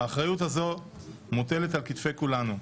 האחריות הזאת מוטלת על כתפי כולנו.